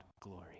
glory